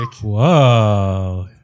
Whoa